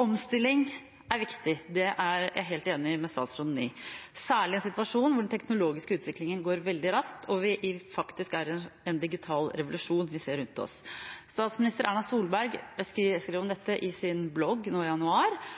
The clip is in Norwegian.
Omstilling er viktig. Det er jeg helt enig med statsråden i, særlig i en situasjon hvor den teknologiske utviklingen går veldig raskt, og at det faktisk er en digital revolusjon vi ser rundt oss. Statsminister Erna Solberg skrev om dette i sin blogg nå i januar